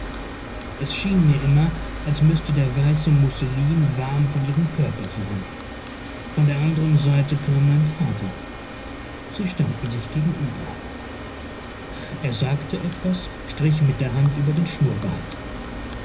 es schien mir immer als müßte der weiße musselin warm von ihrem körper sein von der anderen seite kam mein vater sie standen sich gegenüber er sagte etwas lächelte strich mit der hand über den schnurrbart